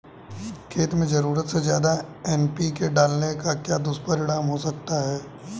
खेत में ज़रूरत से ज्यादा एन.पी.के डालने का क्या दुष्परिणाम हो सकता है?